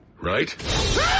right